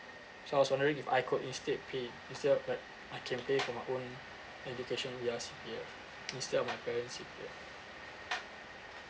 so I was wondering if I could instead paying instead of like I can pay for my own education via C_P_F instead of my parent's C_P_F